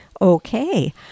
Okay